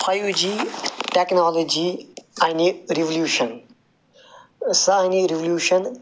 five G technology اَنہِ revolution سۄ اَنہِ ریٚولیٛوٗشَن